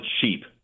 cheap